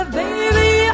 baby